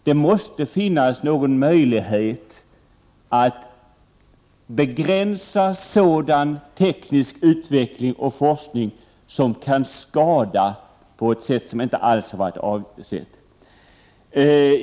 Det måste finnas någon möjlighet att begränsa sådan teknisk utveckling och forskning som kan skada på ett sätt som inte alls varit avsett.